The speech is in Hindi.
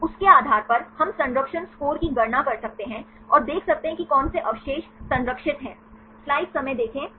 उसके आधार पर हम संरक्षण स्कोर की गणना कर सकते हैं और देख सकते हैं कि कौन से अवशेष संरक्षित हैं